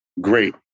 great